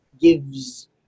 gives